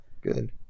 good